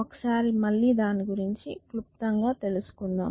ఒకసారి మళ్ళి దాని గురించి క్లుప్తంగా తెలుసుకుందాం